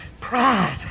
Pride